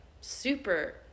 super